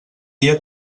dia